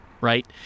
right